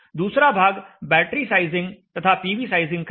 दूसरा भाग battery sizing तथा पीवी साइजिंग का है